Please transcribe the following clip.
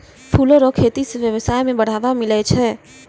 फूलो रो खेती से वेवसाय के बढ़ाबा मिलै छै